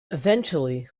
eventually